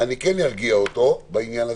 אני כן ארגיע אותו בעניין הזה.